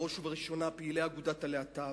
בראש ובראשונה לפעילי אגודת הלהט"ב,